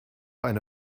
eine